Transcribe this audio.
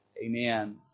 Amen